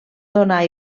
donar